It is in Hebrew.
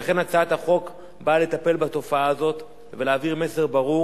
לכן הצעת החוק באה לטפל בתופעה הזאת ולהעביר מסר ברור